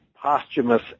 Posthumous